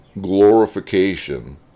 glorification